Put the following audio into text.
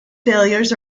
failures